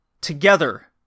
together